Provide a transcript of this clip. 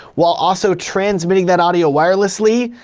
while also transmitting that audio wirelessly,